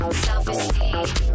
self-esteem